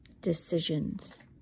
decisions